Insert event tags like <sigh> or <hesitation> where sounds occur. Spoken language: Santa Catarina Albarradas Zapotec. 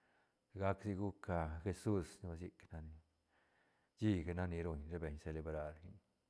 Lagac sic guc <hesitation> jesus ne vay sic nac ni shíga nac ni ruñ ra beñ celebrar chic.